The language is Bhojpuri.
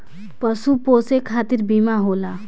पशु पोसे खतिर बीमा होला